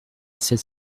sept